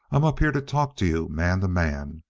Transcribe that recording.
i'm up here to talk to you man to man.